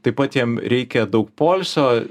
taip pat jiem reikia daug poilsio